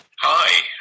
Hi